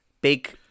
big